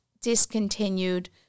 discontinued